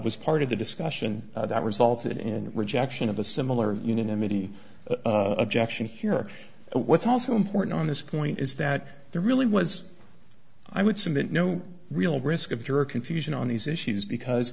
was part of the discussion that resulted in the rejection of a similar unanimity objection here what's also important on this point is that there really was i would submit no real risk of juror confusion on these issues because